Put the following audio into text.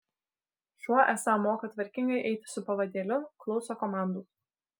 šuo esą moka tvarkingai eiti su pavadėliu klauso komandų